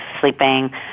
sleeping